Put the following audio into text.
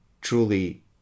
truly